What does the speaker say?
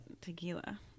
tequila